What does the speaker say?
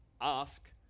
ask